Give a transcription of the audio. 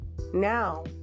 now